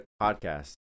podcast